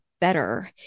better